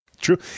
True